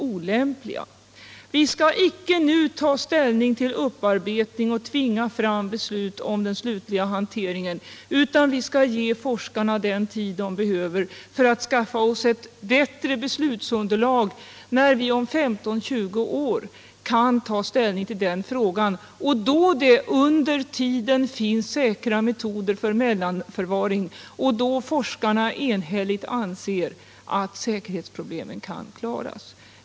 Vi sade också att vi inte skulle ta ställning till upparbetning och tvinga fram beslut om en slutlig hantering, utan vi skulle ge forskarna den tid de behöver för att skaffa oss ett bättre beslutsunderlag tills vi om 15-20 år kan ta ställning till den frågan, speciellt som det under tiden finns säkra metoder för mellan förvaring och då forskarna enhälligt anser att säkerhetsproblemen kan klaras.